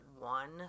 One